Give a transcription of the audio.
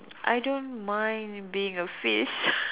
I don't mind being a fish